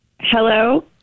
Hello